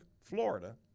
Florida